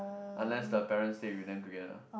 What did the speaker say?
unless the parents stay with them together